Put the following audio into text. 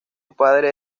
padre